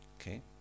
Okay